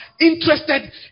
interested